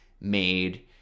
made